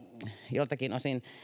joiltakin osin